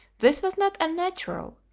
this was not unnatural,